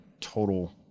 total